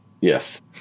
Yes